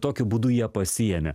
tokiu būdu jie pasiėmė